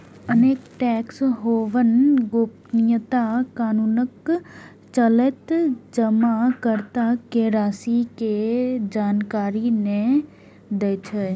अनेक tax haven गोपनीयता कानूनक चलते जमाकर्ता के राशि के जानकारी नै दै छै